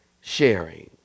sharing